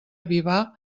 avivar